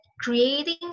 creating